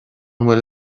bhfuil